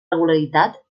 regularitat